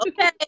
Okay